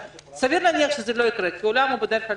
סביר להניח שזה לא יקרה כי האולם בדרך כלל